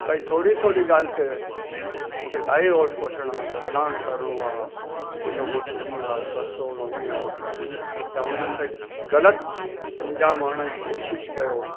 भई थोड़ी थोड़ी ॻाल्हि ते मूंखे डाइवोर्स वठिणा आहिनि तलाक़ करिणो आहे मुंहिंजो मुड़ुसु ईअं आहे सहुरो ईअं आहे चवणनि ते ग़लति इल्ज़ामु हणण जी कोशिशि कयो